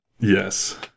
Yes